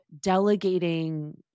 delegating